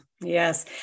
Yes